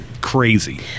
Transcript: crazy